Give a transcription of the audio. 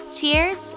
Cheers